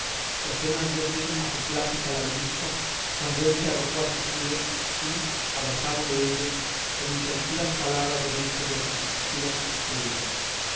y apenas dio fin a su plática la morisca cuando él se arrojó a sus pies y abrazado dellos con interrumpidas palabras de mil sollozos y suspiros le dijo